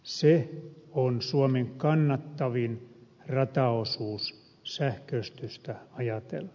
se on suomen kannattavin rataosuus sähköistystä ajatellen